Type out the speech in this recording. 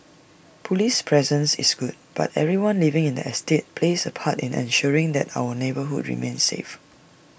Police presence is good but everyone living in the estate plays A part in ensuring that our neighbourhoods remain safe